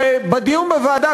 שבדיון בוועדה,